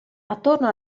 attorno